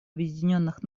объединенных